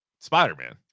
Spider-Man